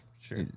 sure